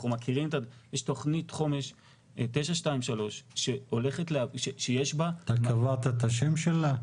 יש תכנית חומש 923 שיש בה --- קבעת את השם שלה?